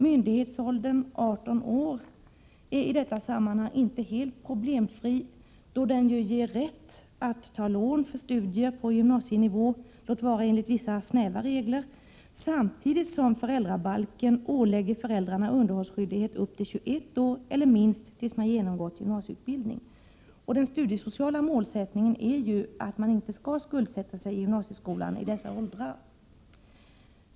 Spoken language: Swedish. Myndighetsåldern 18 år är i detta sammanhang inte helt problemfri, då den ju ger rätt att ta lån för studier på gymnasienivå, låt vara enligt vissa snäva regler, samtidigt som föräldrabalken ålägger föräldrarna underhållsskyldighet upp till 21 år eller minst till dess att man genomgått gymnasieutbildning. Den studiesociala målsättningen är ju att man inte skall skuldsätta sig i gymnasieskolan i dessa åldrar.